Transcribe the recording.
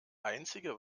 einzige